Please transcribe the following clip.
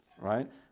Right